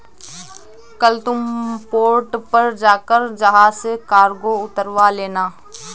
कल तुम पोर्ट पर जाकर जहाज से कार्गो उतरवा लेना